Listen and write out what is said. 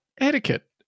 Etiquette